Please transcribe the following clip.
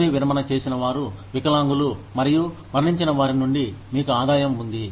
పదవీ విరమణ చేసినవారు వికలాంగులు మరియు మరణించిన వారి నుండి మీకు ఆదాయం ఉంది